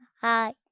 hi